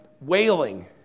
wailing